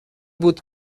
بود